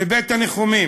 בבית המנוחמים